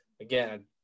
Again